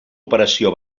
operació